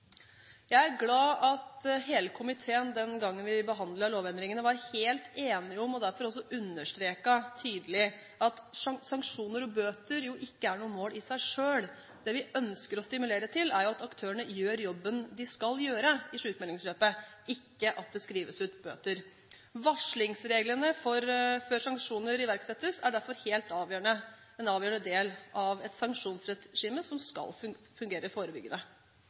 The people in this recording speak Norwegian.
Jeg er glad for at hele komiteen, den gangen vi behandlet lovendringene, var helt enige om, og derfor også tydelig understreket, at sanksjoner og bøter ikke er noe mål i seg selv. Det vi ønsker å stimulere til, er at aktørene gjør jobben de skal gjøre i sykmeldingsløpet, ikke at det skrives ut bøter. Varslingsreglene før sanksjoner iverksettes er derfor en helt avgjørende del av sanksjonsregimet som skal fungere forebyggende.